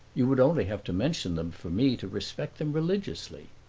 you would only have to mention them for me to respect them religiously.